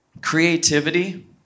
creativity